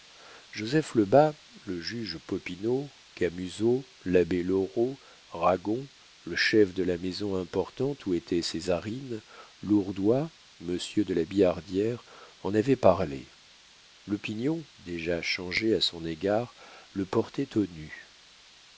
joseph lebas le juge popinot camusot l'abbé loraux ragon le chef de la maison importante où était césarine lourdois monsieur de la billardière en avaient parlé l'opinion déjà changée à son égard le portait aux nues